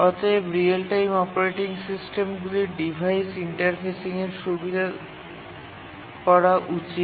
অতএব real time operating সিস্টেমগুলির জন্য ডিভাইস ইন্টারফেসিংয়ের সুবিধে থাকা উচিত